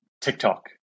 TikTok